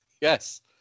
yes